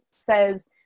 says